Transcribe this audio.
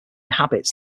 habits